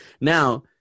Now